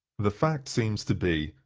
the fact seems to be,